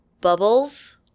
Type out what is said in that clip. Bubbles